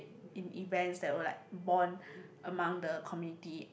in events that we will like bond among the community